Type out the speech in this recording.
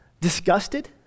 Disgusted